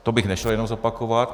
To bych nešel jenom zopakovat.